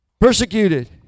Persecuted